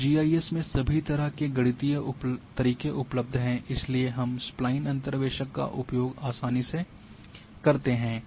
अब जीआईएस में सभी तरह के गणितीय तरीके उपलब्ध हैं इसलिए हम स्पलाइन अंतर्वेशक का उपयोग आसानी से करते हैं